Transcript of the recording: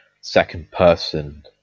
second-person